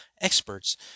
experts